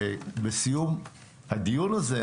בסיום הדיון הזה,